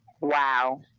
Wow